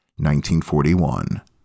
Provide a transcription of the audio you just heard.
1941